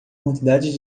quantidade